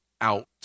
out